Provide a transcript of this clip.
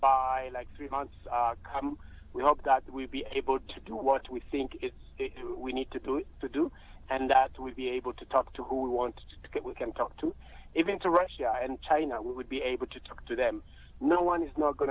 by like three months come we hope that that we'd be able to do what we think it's we need to do to do and that we'd be able to talk to who we want to get we can talk to even to russia and china would be able to talk to them no one is not going